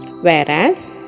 whereas